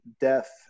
death